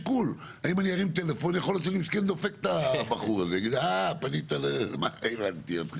יכול להיות שיש מקרים --- מה קורה ב-100%